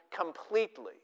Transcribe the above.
completely